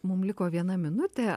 mum liko viena minutė